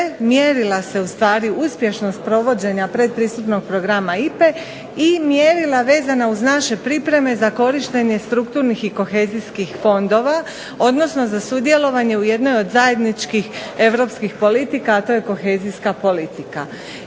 mjerila se ustvari uspješnost provođenja predpristupnog programa IPA-e i mjerila vezana uz naše pripreme za korištenje strukturnih i kohezijskih fondova, odnosno za sudjelovanje u jednoj od zajedničkih europskih politika, a to je kohezijska politika.